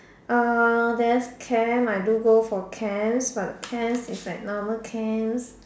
uh there's camp I do go for camps but camps is like normal camps